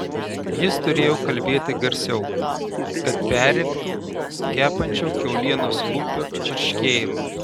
jis turėjo kalbėti garsiau kad perrėktų kepančio kiaulienos kumpio čirškėjimą